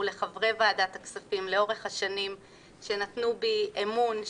ולחברי ועדת הכספים לאורך השנים שנתנו בי אמון,